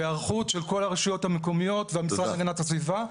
והיערכות של כל הרשויות המקומיות והמשרד להגנת הסביבה.